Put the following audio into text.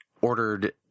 ordered